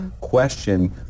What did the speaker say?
question